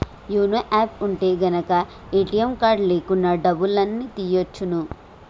YONO app ఉంటె గనక ATM card లేకున్నా డబ్బుల్ని తియ్యచ్చును